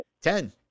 Ten